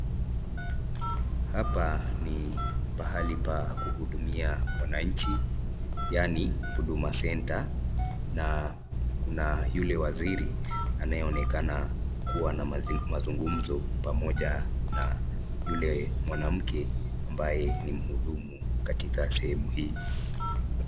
Hapa ni pahali pa kuhudumia wananchi yaani 'Huduma center na Kuna waziri ambaye anaonekana kuwa na mazungumzo na yule mwanamke ambaye ni muhudumu katika sehemu hii.